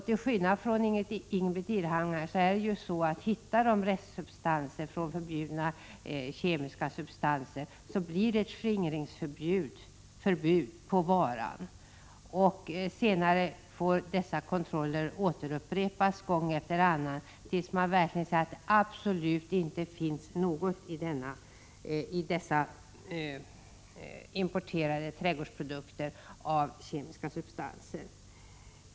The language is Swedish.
Till skillnad från Ingbritt Irhammar litar jag på att de, om de hittar restsubstanser av förbjudna kemiska ämnen, beslutar om skingringsförbud på varan. Senare får dessa kontroller upprepas gång efter annan tills man verkligen ser att det absolut inte finns några kemiska substanser i dessa importerade trädgårdsprodukter.